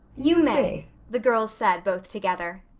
you, may the girls said both together.